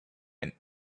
and